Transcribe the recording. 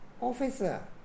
Officer